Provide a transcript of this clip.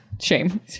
Shame